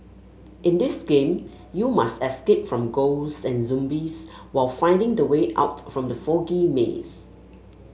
in this game you must escape from ghosts and zombies while finding the way out from the foggy maze